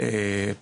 בין ממשרד הבריאות,